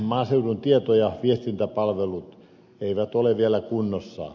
maaseudun tieto ja viestintäpalvelut eivät ole vielä kunnossa